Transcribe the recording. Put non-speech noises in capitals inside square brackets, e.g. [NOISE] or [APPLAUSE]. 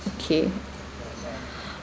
okay [BREATH]